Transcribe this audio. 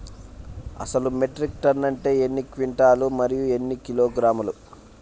అసలు metric ton అంటే ఎన్ని క్వింటాలు మరియు ఎన్ని కిలోగ్రాములు?